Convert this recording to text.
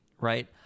right